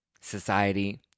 society